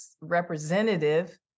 representative